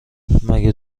مگه